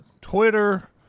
Twitter